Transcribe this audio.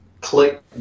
click